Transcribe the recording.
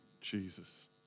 Jesus